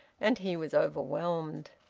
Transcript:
and he was overwhelmed.